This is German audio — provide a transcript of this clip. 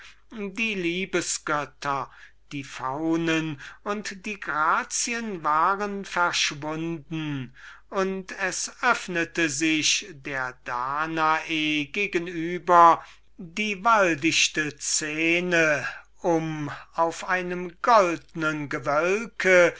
die liebesgötter die faunen und die grazien waren indes verschwunden und es öffnete sich der danae gegenüber die waldichte szene um den liebesgott darzustellen auf einem goldnen gewölke